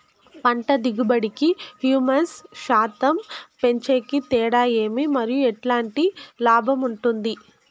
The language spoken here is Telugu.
పంట దిగుబడి కి, హ్యూమస్ శాతం పెంచేకి తేడా ఏమి? మరియు ఎట్లాంటి లాభం ఉంటుంది?